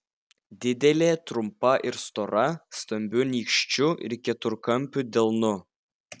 didelė trumpa ir stora stambiu nykščiu ir keturkampiu delnu